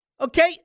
Okay